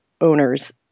owners